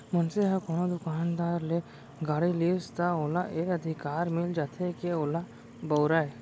मनसे ह कोनो दुकानदार ले गाड़ी लिस त ओला ए अधिकार मिल जाथे के ओला बउरय